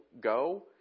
go